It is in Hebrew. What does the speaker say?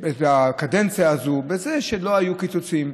את הקדנציה הזו, בזה שלא היו קיצוצים,